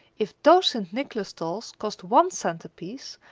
if those st. nicholas dolls cost one cent a piece,